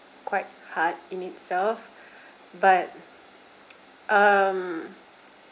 quite hard in itself but um